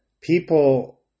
people